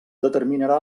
determinarà